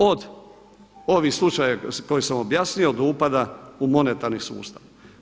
Od ovih slučajeva koje sam objasnio do upada u monetarni sustav.